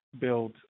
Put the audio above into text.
build